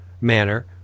manner